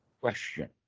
question